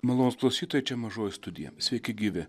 malonūs klausytojai čia mažoji studija sveiki gyvi